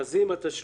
התשלומים,